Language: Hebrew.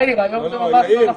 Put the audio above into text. יאיר, היום זה ממש לא נכון.